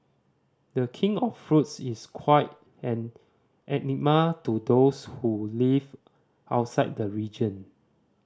The King of Fruits is quite an enigma to those who live outside the region